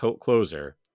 closer